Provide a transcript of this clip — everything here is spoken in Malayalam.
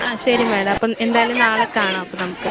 ആ ശരി മാഡം അപ്പം എന്തായാലും നാളെ കാണാം അപ്പം നമുക്ക്